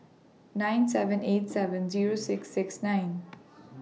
nine seven eight seven Zero six six nine